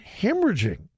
hemorrhaging